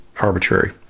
arbitrary